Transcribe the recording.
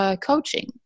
coaching